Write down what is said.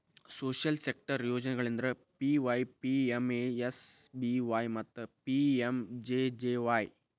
social sector ಯೋಜನೆಗಳಂದ್ರ PYPMSBY ಮತ್ತ PMJJY